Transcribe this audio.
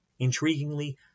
Intriguingly